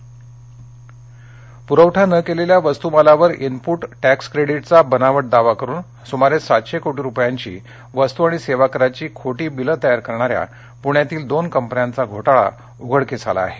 GST प्रवठा न केलेल्या वस्तुमालावर इनप्रट टॅक्स क्रेडिटचा बनावट दावा करुन सुमारे सातशे कोटी रुपयांची वस्तु आणि सेवा कराची खोटी बिले तयार करणाऱ्या पुण्यातील दोन कंपन्यांचा घोटाळा उघडकीस आला आहे